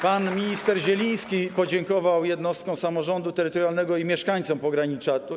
Pan minister Zieliński podziękował jednostkom samorządu terytorialnego i mieszkańcom pogranicza.